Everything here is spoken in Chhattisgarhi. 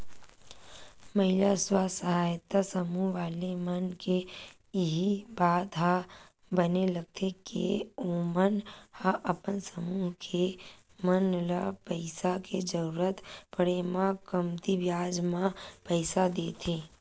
महिला स्व सहायता समूह वाले मन के इही बात ह बने लगथे के ओमन ह अपन समूह के मन ल पइसा के जरुरत पड़े म कमती बियाज म पइसा देथे